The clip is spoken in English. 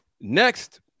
Next